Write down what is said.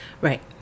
Right